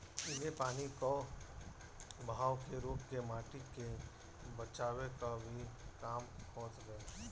इमे पानी कअ बहाव के रोक के माटी के बचावे कअ भी काम होत हवे